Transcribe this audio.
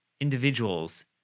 individuals